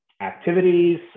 activities